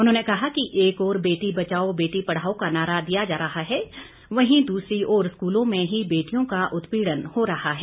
उन्होंने कहा कि एक ओर बेटी बचाओ बेटी पढ़ाओ का नारा दिया जा रहा है वहीं दूसरी ओर स्कूलों में ही बेटियों का उत्पीड़न हो रहा है